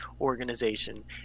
organization